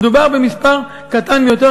מדובר במספר קטן ביותר.